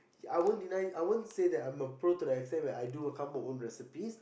I won't deny I won't say that I'm a pro to the extent where I do come up with my own recipes